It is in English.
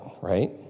right